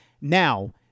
Now